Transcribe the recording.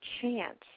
chance